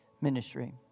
ministry